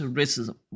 racism